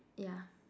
yeah